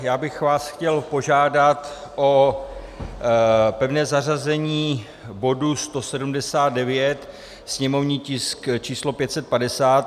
Já bych vás chtěl požádat o pevné zařazení bodu 179, sněmovní tisk č. 550.